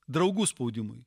draugų spaudimui